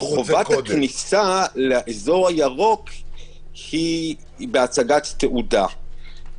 חובת הכניסה לאזור הירוק היא בהצגת תעודה.